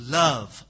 love